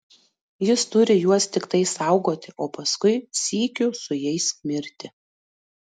jis turi juos tiktai saugoti o paskui sykiu su jais mirti